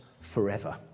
forever